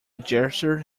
gesture